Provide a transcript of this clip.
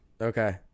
Okay